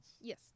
Yes